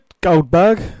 Goldberg